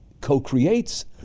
co-creates